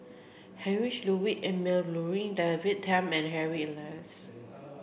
Heinrich Ludwig Emil Luering David Tham and Harry Elias